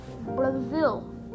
brazil